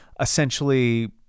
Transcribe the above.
essentially